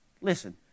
Listen